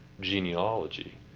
genealogy